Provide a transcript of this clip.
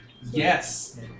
Yes